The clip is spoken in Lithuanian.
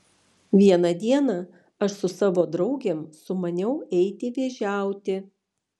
vieną dieną aš su savo draugėm sumaniau eiti vėžiauti